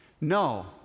No